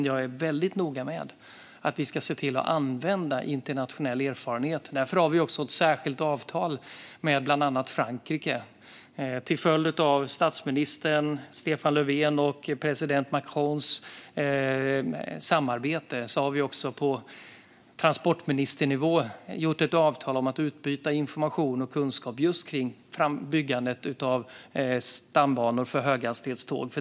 Jag är dock noga med att vi ska använda internationell erfarenhet. Därför har vi slutit ett särskilt avtal med bland annat Frankrike. Tack vare statsminister Löfvens och president Macrons samarbete har vi också på transportministernivå slutit ett avtal om att utbyta information och kunskap om just byggandet av stambanor för höghastighetståg.